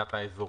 מבחינת האזורים.